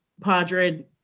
Padre